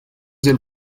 del